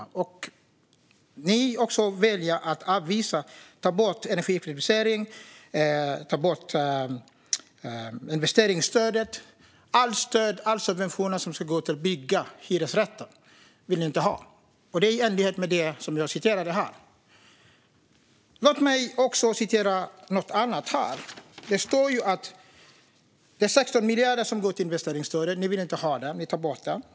Ni väljer också att ta bort energieffektiviseringen och investeringsstödet. Alla stöd och subventioner som ska gå till att bygga hyresrätter vill ni inte ha, och det är ju i enlighet med det som jag citerade här. Låt mig också ta upp något annat. Det är 16 miljarder som går till investeringsstöd. Ni vill inte ha dem. Ni tar bort det.